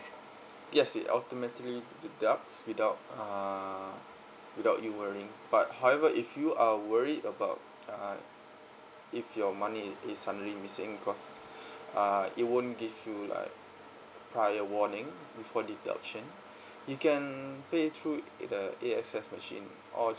yes it automatically deducts without err without you worrying but however if you are worried about uh if your money is suddenly missing because uh it won't give you like prior warning before deduction you can pay through the A_X_S machine or